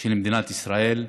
של מדינת ישראל.